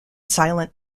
silent